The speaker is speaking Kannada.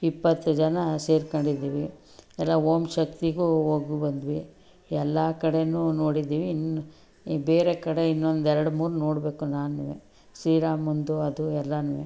ಇಪ್ಪತ್ತು ಜನ ಸೇರ್ಕೊಂಡಿದ್ದೀವಿ ಎಲ್ಲ ಓಮ್ ಶಕ್ತಿಗೂ ಹೋಗಿ ಬಂದ್ವಿ ಎಲ್ಲ ಕಡೆಯೂ ನೋಡಿದ್ದೀವಿ ಇನ್ನು ಬೇರೆ ಕಡೆ ಇನ್ನೊಂದೆರಡು ಮೂರು ನೋಡಬೇಕು ನಾನೂ ಶ್ರೀರಾಮನದು ಅದು ಎಲ್ಲನೂ